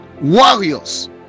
warriors